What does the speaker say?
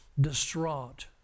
distraught